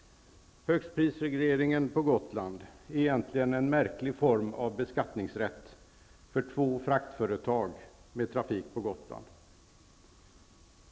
Högstprisregleringen på Gotland är egentligen en märklig form av beskattningsrätt för två fraktföretag med trafik på Gotland.